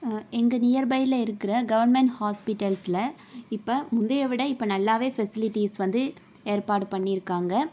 எங்கள் நியர்பையில் இருக்கிற கவர்மெண்ட் ஹாஸ்பிட்டல்ஸில் இப்போ முந்தைய விட இப்போ நல்லாவே ஃபெசிலிட்டிஸ் வந்து ஏற்பாடு பண்ணியிருக்காங்க